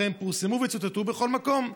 הרי הן פורסמו וצוטטו בכל מקום.